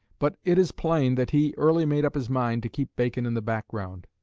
but it is plain that he early made up his mind to keep bacon in the background.